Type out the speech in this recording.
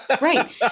Right